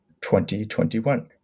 2021